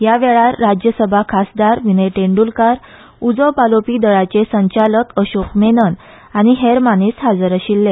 ह्या वेळार राज्यसभा खासदार विनय तेंड्रलकार उजो पालोवपी दळाचे संचालक अशोक मेनन आनी हेर मानेस्त हजर आशिल्ले